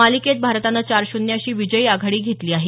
मालिकेत भारतानं चार शून्य अशी विजयी आघाडी घेतली आहे